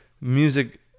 music